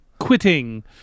Quitting